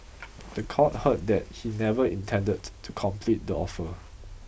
the court heard that he never intended to complete the offer